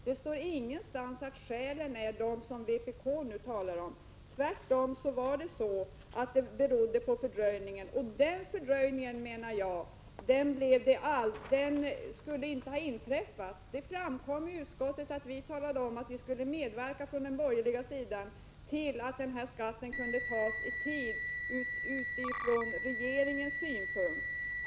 Det står emellertid ingenting i betänkandet om de skäl som vpk nu framför. Det talas bara om en fördröjning. Men någon fördröjning skulle inte — Prot. 1986/87:50 ha inträffat. I utskottet framhöll vi från den borgerliga sidan att vi skulle 16 december 1986 medverka till att skatten kunde genomföras vid föreslagen tidpunkt.